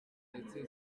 ndetse